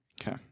Okay